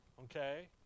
Okay